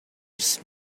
his